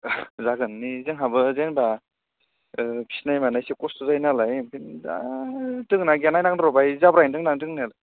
जागोन नै जोंहाबो जेन'बा फिनाय मानाय एसे खस्थ'जायो नालाय ओमफाय दा दोंना गैया नायनांगोन र' बाहाय जाब्रायै दोंनाया दोंनो